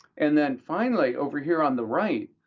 and then finally, over here on the right,